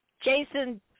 Jason